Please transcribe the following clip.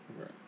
Right